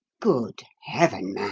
good heaven, man,